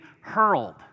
hurled